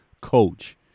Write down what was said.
coach